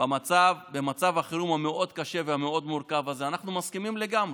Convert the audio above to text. במצב החירום המאוד-קשה והמאוד-מורכב הזה אנחנו מסכימים לגמרי.